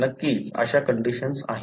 नक्कीच अशा कंडिशन्स आहेत